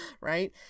right